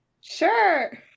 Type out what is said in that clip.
Sure